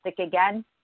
again